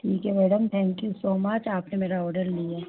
ठीक है madam thank you so much आप ने मेरा ऑर्डर लिया